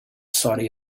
saudi